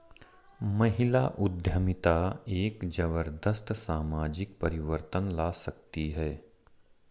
महिला उद्यमिता एक जबरदस्त सामाजिक परिवर्तन ला सकती है